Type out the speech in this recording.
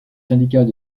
syndicats